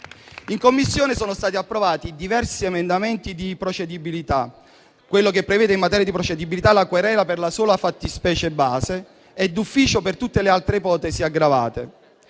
In Commissione sono stati approvati diversi emendamenti, tra cui quello che prevede, in materia di procedibilità, la querela per la sola fattispecie base e d'ufficio per tutte le altre ipotesi aggravate.